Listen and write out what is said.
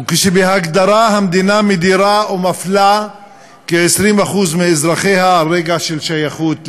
וכשבהגדרה המדינה מדירה ומפלה כ-20% מאזרחיה על רקע של שייכות לאומית?